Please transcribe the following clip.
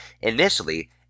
Initially